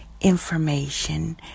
information